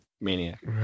maniac